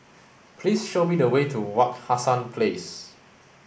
please show me the way to Wak Hassan Place